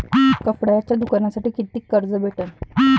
कापडाच्या दुकानासाठी कितीक कर्ज भेटन?